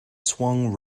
swung